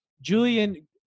Julian